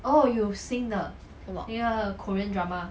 什么